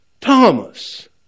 Thomas